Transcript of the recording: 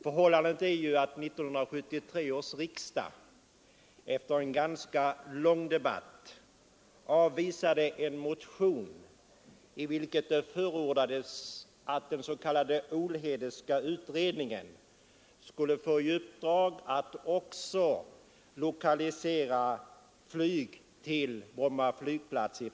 Förhållandet är det att 1973 års riksdag efter en ganska lång debatt avvisade en motion i vilken begärdes att den s.k. Olhedeska utredningen skulle få i uppdrag att också i framtiden lokalisera flyg till Bromma flygplats.